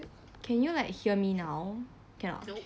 can you like hear me now cannot